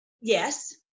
yes